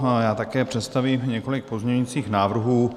Já také představím několik pozměňujících návrhů.